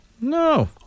No